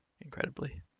incredibly